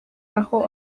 aho